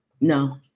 No